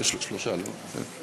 סליחה, סליחה,